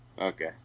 Okay